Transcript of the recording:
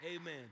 Amen